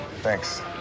Thanks